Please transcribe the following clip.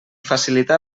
facilitar